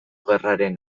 gerraren